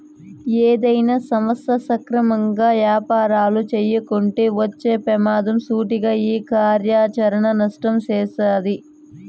ఏదైనా సంస్థ సక్రమంగా యాపారాలు చేయకుంటే వచ్చే పెమాదం సూటిగా ఈ కార్యాచరణ నష్టం సెప్తాది